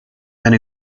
and